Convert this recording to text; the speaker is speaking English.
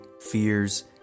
fears